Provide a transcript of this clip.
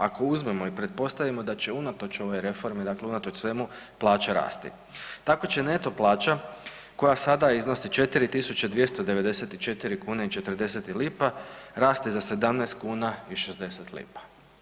Ako uzmemo i pretpostavimo da će unatoč ovoj reformi dakle unatoč svemu plaća rasti, tako će neto plaća koja sada iznosi 4.294 kune i 40 lipa rasti za 17 kuna i 60 lipa.